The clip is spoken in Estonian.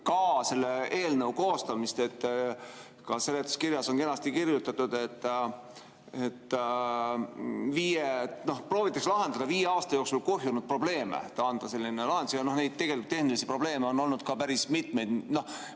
selle eelnõu koostamist. Seletuskirjas on kenasti kirjutatud, et proovitakse lahendada viie aasta jooksul kuhjunud probleeme, anda selline lahendus. Neid tehnilisi probleeme on olnud ka päris mitmeid, aga